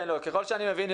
ככל שאני מבין,